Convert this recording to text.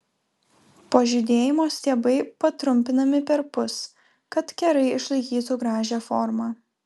po žydėjimo stiebai patrumpinami perpus kad kerai išlaikytų gražią formą